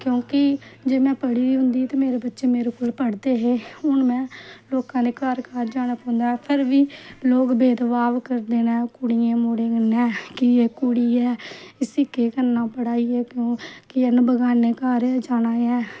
क्यूंकि जे में पढ़ी दी होंदी ही ते मेरे बच्चे मेरे कोल पढ़दे हे हुन में लोकैं लोकैं दे घर घर जाना पौंदा ऐ पर फ्ही बी लोक भेदभाव करदे न कूड़ियैं मुडैं कन्नै कि जे एह् कुड़ी ऐ इसी केह् करना पढ़ाइ यै तू एह् नै बगाने घर गै जाना ऐ